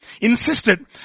insisted